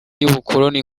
y’ubukoloni